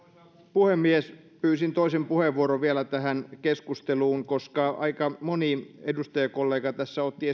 puhemies pyysin toisen puheenvuoron vielä tähän keskusteluun koska aika moni edustajakollega tässä otti